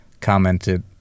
commented